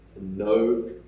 no